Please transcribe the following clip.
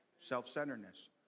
Self-centeredness